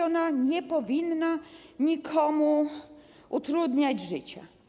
Ona nie powinna nikomu utrudniać życia.